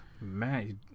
Man